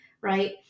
right